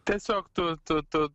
tiesiog tu tu tu